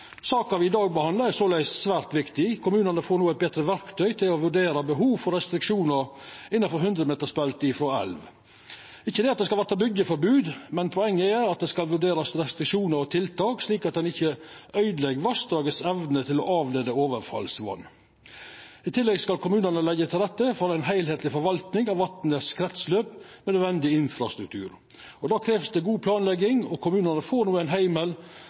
Saka me behandlar i dag, er såleis svært viktig. Kommunane får no eit betre verktøy til å vurdera behov for restriksjonar innanfor 100-metersbeltet frå elvar. Det skal ikkje verta byggjeforbod, men poenget er at restriksjonar og tiltak skal vurderast, slik at ein ikkje øydelegg evna vassdraget har til å avleia overflatevatn. I tillegg skal kommunane leggja til rette for ei heilskapleg forvaltning av krinslaupet til vatnet med nødvendig infrastruktur. Det krev god planlegging, og kommunane får no ein heimel